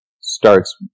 starts